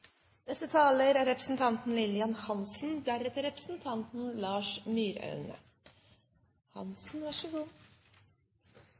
Neste taler er representanten